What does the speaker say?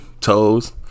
Toes